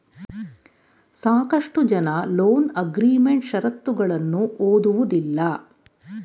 ಸಾಕಷ್ಟು ಜನ loan agreement ಶರತ್ತುಗಳನ್ನು ಓದುವುದಿಲ್ಲ